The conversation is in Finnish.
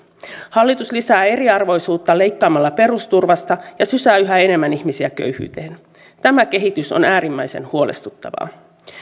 hallitus lisää eriarvoisuutta leikkaamalla perusturvasta ja sysää yhä enemmän ihmisiä köyhyyteen tämä kehitys on äärimmäisen huolestuttavaa